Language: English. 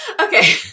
okay